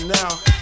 now